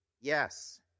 yes